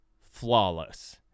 flawless